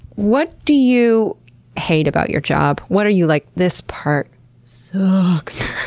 what do you hate about your job? what are you like, this part sucks?